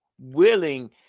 willing